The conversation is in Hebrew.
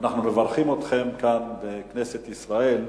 אנחנו מברכים אתכם כאן, בכנסת ישראל.